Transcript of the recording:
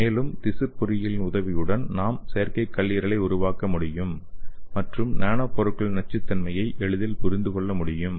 மேலும் திசு பொறியியல் உதவியுடன் நாம் செயற்கை கல்லீரலை உருவாக்க முடியும் மற்றும் நானோ பொருட்களின் நச்சுத்தன்மையை எளிதில் புரிந்து கொள்ள முடியும்